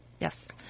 yes